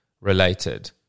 related